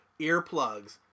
earplugs